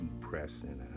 pressing